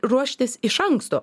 ruoštis iš anksto